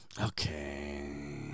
Okay